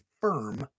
firm